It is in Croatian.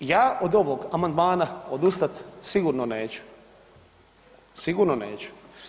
Dakle, ja od ovog amandmana odustat sigurno neću, sigurno neću.